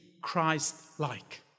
Christ-like